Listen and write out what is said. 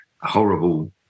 horrible